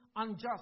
unjust